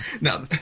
Now